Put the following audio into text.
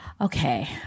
Okay